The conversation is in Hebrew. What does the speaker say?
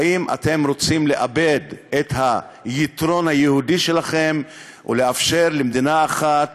האם אתם רוצים לאבד את היתרון היהודי שלכם ולאפשר למדינה אחת